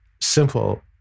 simple